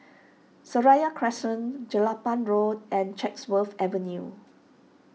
Seraya Crescent Jelapang Road and Chatsworth Avenue